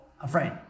afraid